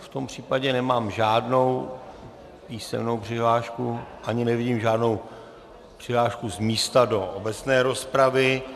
V tom případě nemám žádnou písemnou přihlášku ani nevidím žádnou přihlášku z místa do obecné rozpravy.